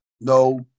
no